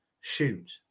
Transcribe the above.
shoot